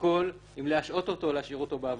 לשקול אם להשעות אותו או אם להשאיר אותו בעבודה.